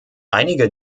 einige